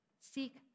Seek